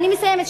אני מסיימת,